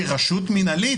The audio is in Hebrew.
כרשות מינהלית,